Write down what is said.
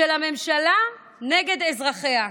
של הממשלה נגד אזרחיה,